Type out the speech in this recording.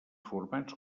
formats